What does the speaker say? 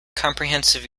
comprehensive